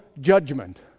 judgment